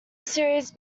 series